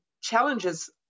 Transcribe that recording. challenges